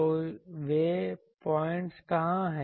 तो वे प्वाइंट्स कहाँ हैं